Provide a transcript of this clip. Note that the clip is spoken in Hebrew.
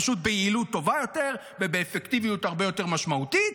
פשוט ביעילות טובה יותר ובאפקטיביות הרבה יותר משמעותית,